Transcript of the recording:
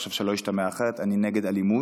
שלא ישתמע אחרת, אני נגד אלימות,